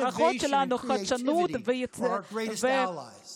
במערכות שלנו, חדשנות ויצירתיות הן בעלות הברית